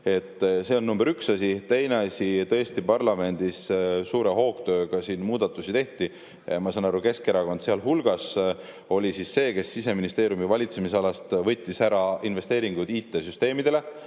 See on number üks asi. Teine asi, tõesti parlamendis suure hoogtööga siin muudatusi tehti. Ma saan aru, et Keskerakond sealhulgas oli siis see, kes Siseministeeriumi valitsemisalast võttis sellest 10 miljonist ära investeeringud IT-süsteemidele,